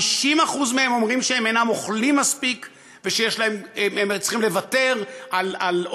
50% מהם אומרים שהם אינם אוכלים מספיק ושהם צריכים לוותר או